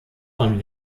von